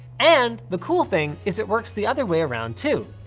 and the cool thing is it works the other way around too.